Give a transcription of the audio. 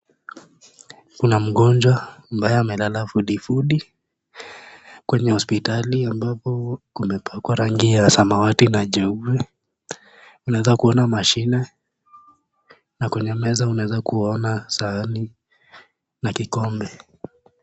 Kuna mgonjwa ambaye amelala fudifudi kwenye kitanda ambapo kimepakwa rangi ya samawati na jeupe naeza kuona mashine na kwenye meza unaeza kuona sahani na kikombe.